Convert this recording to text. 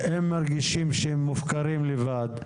הם מרגישים שהם מופקרים לבד.